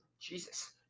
jesus